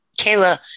Kayla